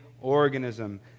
organism